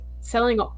selling